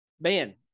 Man